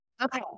Okay